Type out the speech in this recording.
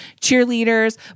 cheerleaders